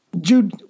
Jude